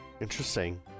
Interesting